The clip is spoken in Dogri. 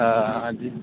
हां हां जी